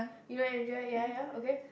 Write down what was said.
you know Andrea ya ya okay